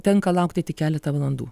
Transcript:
tenka laukti tik keletą valandų